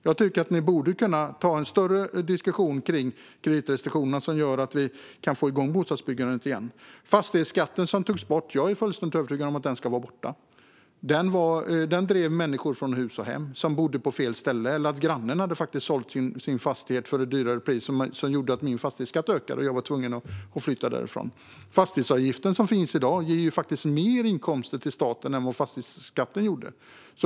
Jag tycker att ni borde kunna ta en större diskussion kring kreditrestriktionerna som gör att vi kan få igång bostadsbyggandet igen. Fastighetsskatten togs bort. Jag är fullständigt övertygad om att den ska vara borta. Den drev människor som bodde på fel ställe från hus och hem. Det kunde vara så att grannen hade sålt sin fastighet till ett högre pris, vilket gjorde att min fastighetsskatt ökade och att jag var tvungen att flytta därifrån. Fastighetsavgiften, som finns i dag, ger faktiskt mer inkomster till staten än vad fastighetsskatten gjorde.